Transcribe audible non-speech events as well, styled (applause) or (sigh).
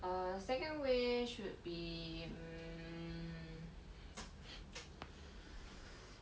err second wish would be mm (noise) (noise)